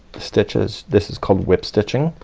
the stitches. this is called whip stitching.